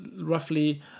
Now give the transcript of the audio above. roughly